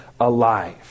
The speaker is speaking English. alive